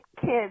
kids